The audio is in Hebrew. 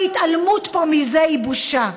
ההתעלמות פה מזה היא בושה.